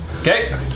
Okay